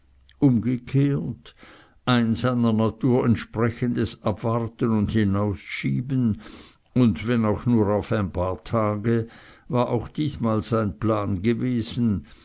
umgekehrt ein seiner natur entsprechendes abwarten und hinausschieben und wenn auch nur auf ein paar tage war auch diesmal sein plan gewesen